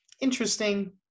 Interesting